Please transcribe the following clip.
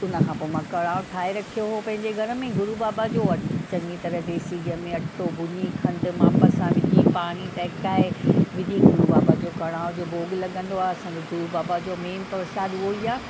हुनखां पोइ मां कड़ाह ठाहे रखियो हुओ पंहिंजे घर में गुरू बाबा जो अट चङी तरह देसी गिह में अटो भुञी खंडु माप सां विझी पाणी टहिकाए विझी गुरू बाबा जो कड़ाह जो भोॻ लॻंदो आहे असांजे गुरू बाबा जो मेन प्रसादु उहो ई आहे